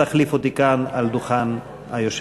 תחליף אותי כאן על דוכן היושב-ראש.